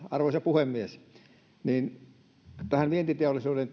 arvoisa puhemies kun katsoo tätä vientiteollisuuden